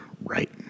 right